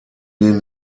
den